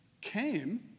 came